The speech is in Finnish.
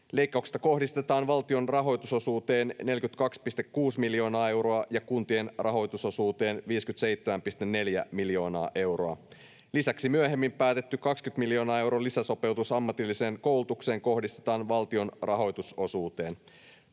Leikkauksesta kohdistetaan valtion rahoitusosuuteen 42,6 miljoonaa euroa ja kuntien rahoitusosuuteen 57,4 miljoonaa euroa. Lisäksi myöhemmin päätetty 20 miljoonan euron lisäsopeutus ammatilliseen koulutukseen kohdistetaan valtion rahoitusosuuteen.